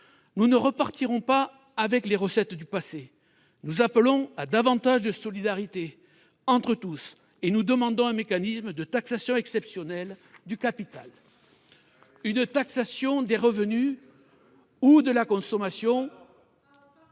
Nous ne repartirons pas avec les recettes du passé ! Nous appelons à davantage de solidarité entre tous et demandons un mécanisme de taxation exceptionnelle du capital. Enfin, on va faire de la politique